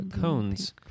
cones